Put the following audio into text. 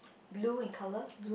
blue in colour